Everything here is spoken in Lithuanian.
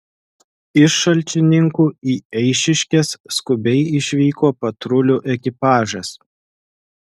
iš šalčininkų į eišiškes skubiai išvyko patrulių ekipažas